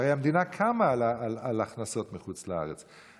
הרי המדינה קמה על הכנסות מחוץ לארץ.